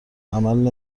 عمل